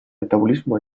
metabolismo